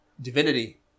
divinity